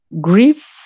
Grief